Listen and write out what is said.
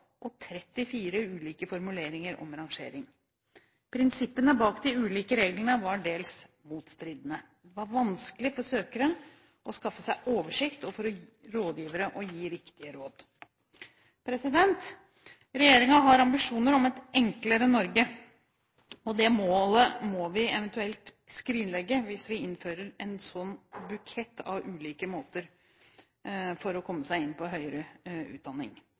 og 34 ulike formuleringer om rangering. Prinsippene bak de ulike reglene var dels motstridende. Det var vanskelig for søkere å skaffe seg oversikt og for rådgivere å gi riktige råd. Regjeringen har ambisjoner om et enklere Norge, og det målet må vi eventuelt skrinlegge hvis vi innfører en slik bukett av ulike måter å komme seg inn på høyere utdanning